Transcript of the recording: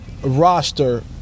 Roster